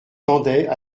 tendaient